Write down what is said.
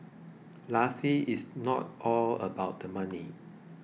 lastly it's not all about the money